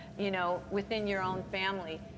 you know within your own family,